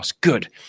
Good